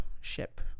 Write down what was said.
ship